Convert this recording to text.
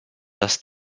das